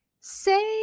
say